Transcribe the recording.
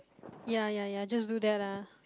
ya ya ya just do that lah